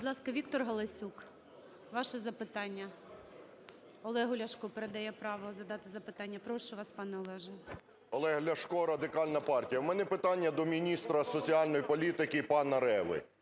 Віктор Галасюк, ваше запитання. Олегу Ляшку передає право задати запитання. Прошу вас, пане Олеже. 10:29:32 ЛЯШКО О.В. Олег Ляшко, Радикальна партія. У мене питання до міністра соціальної політики пана Реви.